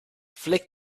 flick